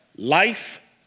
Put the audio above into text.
life